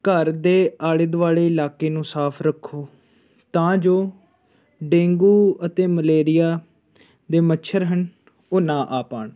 ਘਰ ਦੇ ਆਲੇ ਦੁਆਲੇ ਇਲਾਕੇ ਨੂੰ ਸਾਫ ਰੱਖੋ ਤਾਂ ਜੋ ਡੇਂਗੂ ਅਤੇ ਮਲੇਰੀਆ ਦੇ ਮੱਛਰ ਹਨ ਉਹ ਨਾ ਆ ਪਾਉਣ